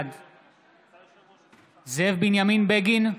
בעד זאב בנימין בגין,